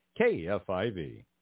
KFIV